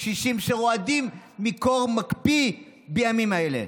קשישים שרועדים מקור מקפיא בימים אלה,